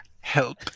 Help